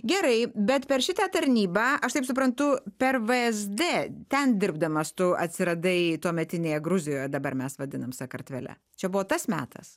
gerai bet per šitą tarnybą aš taip suprantu per vsd ten dirbdamas tu atsiradai tuometinėje gruzijoje dabar mes vadinam sakartvele čia buvo tas metas